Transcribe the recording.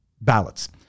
ballots